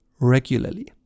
regularly